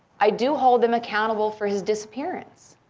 i do hold him accountable for his disappearance,